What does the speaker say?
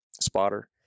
spotter